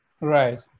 Right